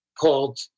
called